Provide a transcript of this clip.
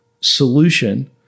solution